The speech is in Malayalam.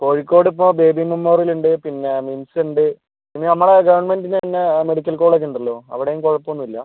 കോഴിക്കോട് ഇപ്പോൾ ബേബി മെമ്മോറിയലുണ്ട് പിന്നെ നിംസ് ഉണ്ട് പിന്നെ നമ്മടെ ഗവൺമെന്റിന്റെ തന്നെ മെഡിക്കൽ കോളേജുണ്ടല്ലോ അവിടേയും കുഴപ്പമൊന്നുമില്ല